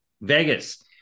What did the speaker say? Vegas